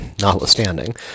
notwithstanding